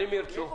בהתאם לבחירת